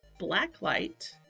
Blacklight